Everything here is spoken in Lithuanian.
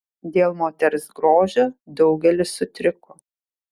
dėl moters grožio daugelis sutriko